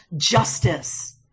justice